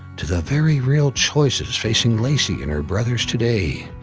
to the very real choices facing lacy and her brothers today.